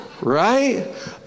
Right